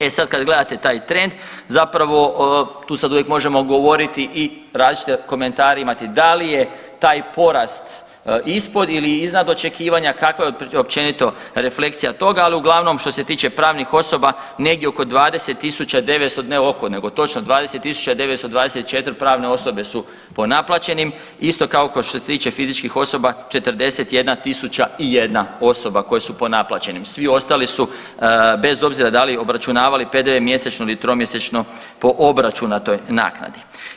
E sad kad gledate taj trend zapravo tu sad uvijek možemo govoriti i različite komentare imati da li je taj porast ispod ili iznad očekivanja, kakva je općenito refleksija toga, ali uglavnom što se tiče pravnih osoba negdje oko 20.900, ne oko nego točno 20.924 pravne osobe su po naplaćenim, isto kao kod što se tiče fizičkih osoba 41.001 osoba koje su po naplaćenim, svi ostali su bez obzira da li obračunavali PDV mjesečno ili tromjesečno po obračunatoj naknadi.